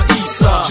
isa